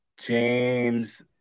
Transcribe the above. James